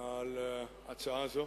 על הצעה זו.